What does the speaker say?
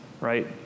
Right